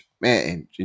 man